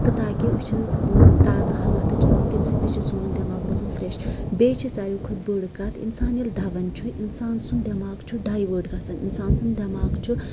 تہٕ تاکہ أسۍ چھِ تازٕ ہَوا تہِ چٮ۪وان تمہِ سۭتۍ تہِ چھ سون دٮ۪ماغ روزان فرٛٮ۪ش بیٚیہِ چھِ ساروِی کھۄتہٕ بٔڑ کَتھ اِنسان ییٚلہِ دَوان چھُ اِنسان سُنٛد دٮ۪ماغ چھُ ڈایوٲٹ گژھان اِنسان سُنٛد دٮ۪ماغ چھُ